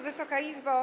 Wysoka Izbo!